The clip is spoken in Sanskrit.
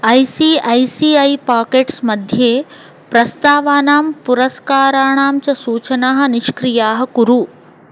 I C I C I pockets मध्ये प्रस्तावानां पुरस्काराणां च सूचनाः निष्क्रियाः कुरु